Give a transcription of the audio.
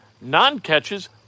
non-catches